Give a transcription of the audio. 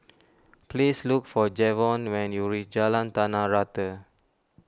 please look for Jevon when you reach Jalan Tanah Rata